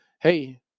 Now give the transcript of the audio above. hey